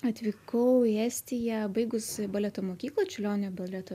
atvykau į estiją baigus baleto mokyklą čiurlionio baleto